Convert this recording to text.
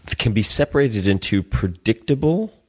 can be separated into predictable,